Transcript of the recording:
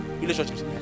relationships